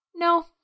No